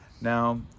Now